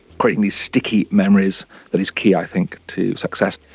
creating these sticky memories that is key i think to success.